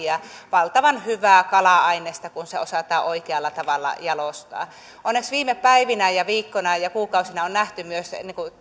ja joka on valtavan hyvää kala ainesta kun se osataan oikealla tavalla jalostaa onneksi viime päivinä ja viikkoina ja kuukausina on nähty myös